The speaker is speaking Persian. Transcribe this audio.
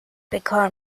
بکار